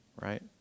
right